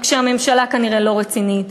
רק שהממשלה כנראה לא רצינית,